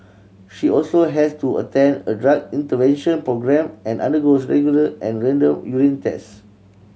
she also has to attend a drug intervention programme and undergo regular and random urine test